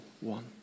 one